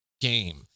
game